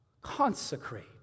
Consecrate